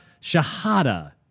Shahada